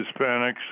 Hispanics